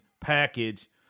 package